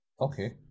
Okay